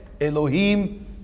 Elohim